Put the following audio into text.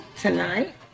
tonight